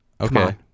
Okay